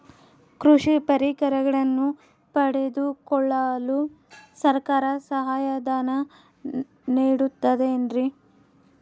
ಕೃಷಿ ಪರಿಕರಗಳನ್ನು ಪಡೆದುಕೊಳ್ಳಲು ಸರ್ಕಾರ ಸಹಾಯಧನ ನೇಡುತ್ತದೆ ಏನ್ರಿ?